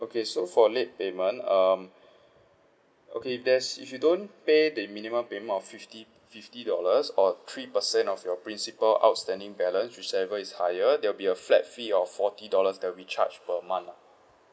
okay so for late payment um okay if there's if you don't pay the minimum payment of fifty fifty dollars or three per cent of your principal outstanding balance whichever is higher there'll be a flat fee of forty dollars that'll be charged per month lah